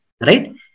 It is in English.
right